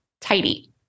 tidy